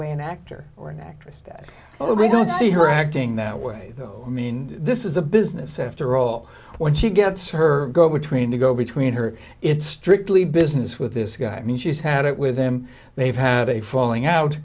way an actor or an actress does oh my god see her acting that way though i mean this is a business after all when she gets her go between the go between her it's strictly business with this guy i mean she's had it with them they've had a falling out